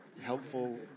helpful